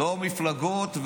לא מפלגות,